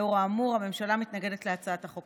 לאור האמור, הממשלה מתנגדת להצעת החוק.